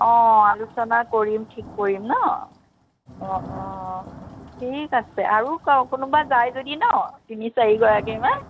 অঁ আলোচনা কৰিম ঠিক কৰিম ন অঁ অঁ ঠিক আছে আৰু কওক কোনোবা যায় যদি ন তিনি চাৰিগৰাকীমান